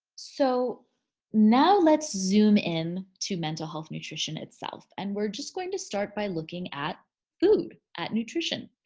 so now, let's zoom in to mental health nutrition itself. and we're just going to start by looking at food, at nutrition.